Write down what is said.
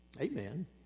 Amen